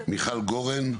מיכל גורן.